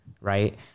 right